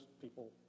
people